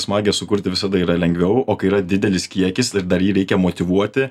smagią sukurti visada yra lengviau o kai yra didelis kiekis ir dar jį reikia motyvuoti